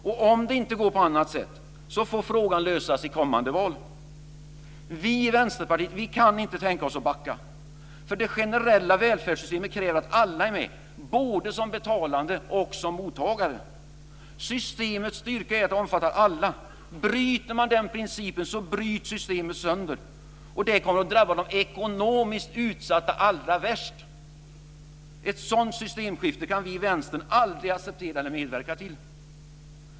Om det inte går på annat sätt får frågan lösas i kommande val. Vi i Vänsterpartiet kan inte tänka oss att backa. Det generella välfärdssystemet kräver att alla är med både som betalande och mottagare. Systemets styrka är att det omfattar alla. Bryter man den principen bryts systemet sönder. Det kommer att drabba de ekonomiskt utsatta allra värst. Ett sådant systemskifte kan vi i Vänstern aldrig acceptera eller medverka till.